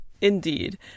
Indeed